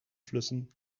flüssen